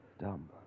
Dumb